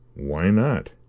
why not?